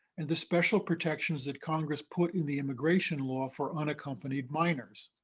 and the special protections that congress put in the immigration law for unaccompanied minors.